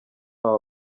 aba